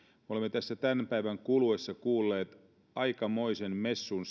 me olemme tässä tämän päivän kuluessa kuulleet aikamoisen messun